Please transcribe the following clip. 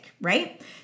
right